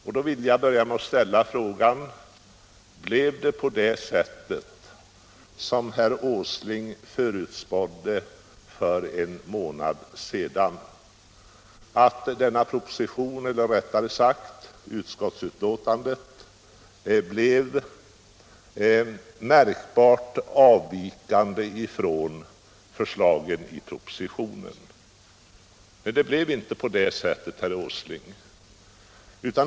Därför vill jag börja med att ställa frågan: Blev det så, som herr Åsling förutspådde för en månad sedan, att utskottets förslag blev märkbart avvikande från förslaget i propositionen? Nej, det blev inte på det sättet, herr Åsling.